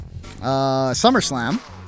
Summerslam